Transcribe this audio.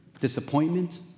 disappointment